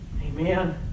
Amen